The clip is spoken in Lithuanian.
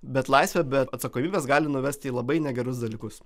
bet laisvė be atsakomybės gali nuvest į labai negerus dalykus